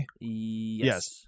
Yes